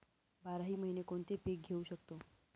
बाराही महिने कोणते पीक घेवू शकतो?